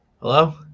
Hello